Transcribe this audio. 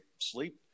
sleep